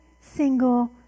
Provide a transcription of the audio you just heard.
single